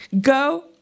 go